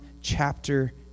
chapter